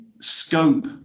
scope